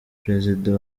perezida